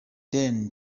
then